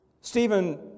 Stephen